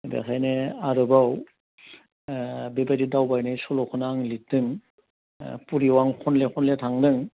बेनिखायनो आरोबाव बेबायदि दावबायनाय सल'खौनो आं लिरदों पुरियाव आं खनले खनले थांदों